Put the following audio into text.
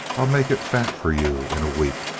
i'll make it fat for you in a week.